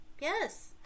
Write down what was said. Yes